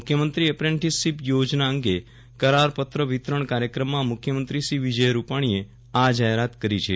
મુખ્યમંત્રી એપ્રેન્ટીસશીપ યોજના અંગે કરારપત્ર વિતરણ કાર્યક્રમમાં મુખ્યમંત્રી શ્રી વિજય રૂપાણીએ આ જાહેરાત કરી છે